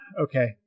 Okay